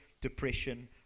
depression